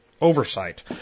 oversight